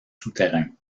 souterrain